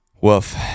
woof